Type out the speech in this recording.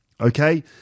okay